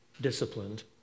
disciplined